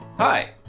Hi